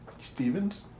Stevens